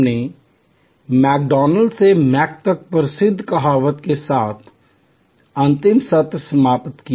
हमने मैकडॉनल्ड्स से मैक तक प्रसिद्ध कहावत के साथ अंतिम सत्र समाप्त किया